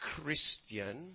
Christian